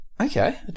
Okay